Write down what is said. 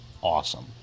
awesome